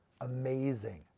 amazing